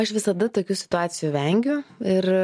aš visada tokių situacijų vengiu ir